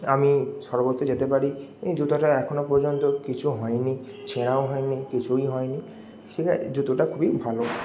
আমি সর্বত্র যেতে পারি এই জুতাটা এখনো পর্যন্ত কিছু হয় নি ছেঁড়াও হয়নি কিছুই হয়নি ঠিক আ জুতোটা খুবই ভালো